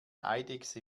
eidechse